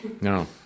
No